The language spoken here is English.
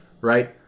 Right